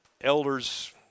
elders